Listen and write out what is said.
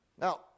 Now